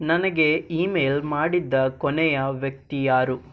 ನನಗೆ ಇಮೇಲ್ ಮಾಡಿದ್ದ ಕೊನೆಯ ವ್ಯಕ್ತಿ ಯಾರು